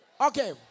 Okay